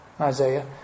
Isaiah